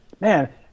man